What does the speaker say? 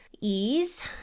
ease